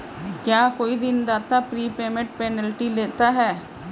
क्या कोई ऋणदाता प्रीपेमेंट पेनल्टी लेता है?